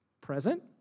present